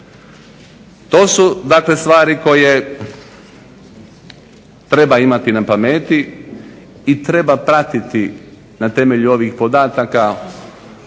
To su stvari koje treba imati na pameti i treba pratiti na temelju ovih podataka